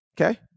Okay